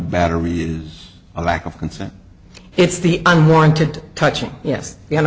battery is a lack of consent it's the unwarranted touching yes